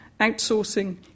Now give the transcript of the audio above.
outsourcing